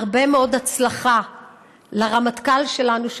הרבה מאוד הצלחה לרמטכ"ל שלנו,